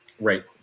right